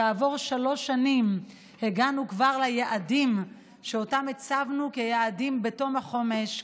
כעבור שלוש שנים הגענו כבר ליעדים שאותם הצבנו כיעדים בתום החומש,